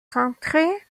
centrées